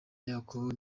yakobo